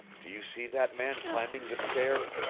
do you see that man climbing the stair?